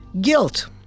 Guilt